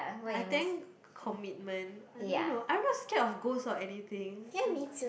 I think commitment I don't know I'm not scared of ghost or anything